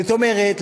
זאת אומרת,